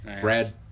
Brad